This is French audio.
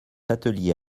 atelier